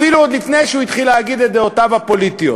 אפילו עוד לפני שהוא התחיל להגיד את דעותיו הפוליטיות.